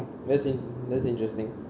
that's in~ that's interesting